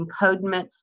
encodements